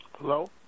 Hello